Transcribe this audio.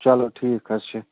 چلو ٹھیٖک حظ چھُ